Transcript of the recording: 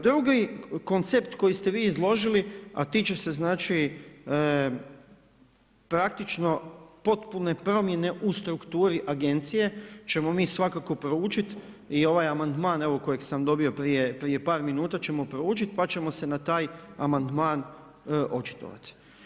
Drugi koncept koji ste vi izložili, a tiče se znači praktično potpune promjene u strukturi agencije ćemo mi svakako proučit i ovaj amandman evo kojeg sam dobio prije par minuta ću proučit pa ćemo se na taj amandman očitovat.